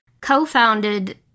co-founded